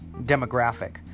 demographic